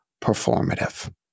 performative